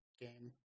game